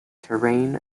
terrain